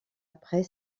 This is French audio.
après